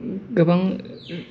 गोबां